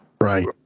right